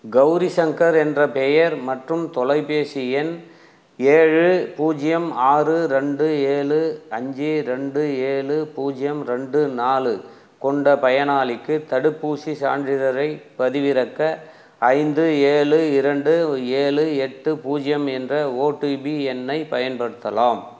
கௌரி சங்கர் என்ற பெயர் மற்றும் தொலைபேசி எண் ஏழு பூஜ்ஜியம் ஆறு ரெண்டு ஏழு அஞ்சி ரெண்டு ஏழு பூஜ்ஜியம் ரெண்டு நாலு கொண்ட பயனாளிக்கு தடுப்பூசி சான்றிதழை பதிவிறக்க ஐந்து ஏழு இரண்டு ஏழு எட்டு பூஜ்ஜியம் என்ற ஓடிபி எண்ணை பயன்படுத்தலாம்